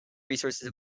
resources